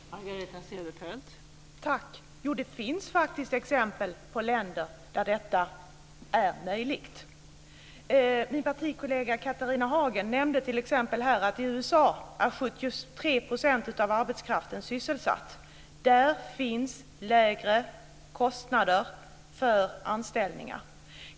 Fru talman! Det finns faktiskt exempel på länder där detta är möjligt. Min partikollega Catharina Hagen nämnde t.ex. att i USA är 73 % av arbetskraften sysselsatt. Där finns lägre kostnader för anställningar.